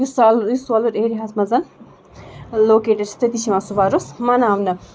یُس سال یُس سۄلُر ایریاہَس منٛزَن لوکیٹٕڈ چھِ تٔتی چھِ یِوان سُہ وَرُس مَناونہٕ